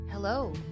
Hello